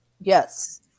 Yes